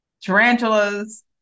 tarantulas